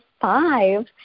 five